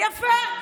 יפה.